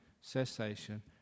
cessation